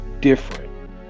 different